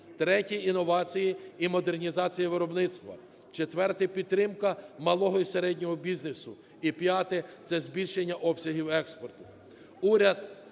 Третє – інновації і модернізація виробництва. Четвертий – підтримка малого і середнього бізнесу. І п'яте – це збільшення обсягів експорту.